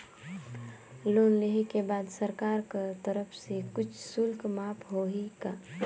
Loan लेहे के बाद सरकार कर तरफ से कुछ शुल्क माफ होही का?